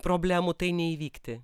problemų tai neįvykti